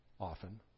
often